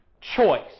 choice